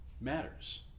matters